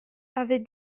avaient